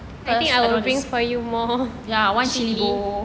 first I want one chili bowl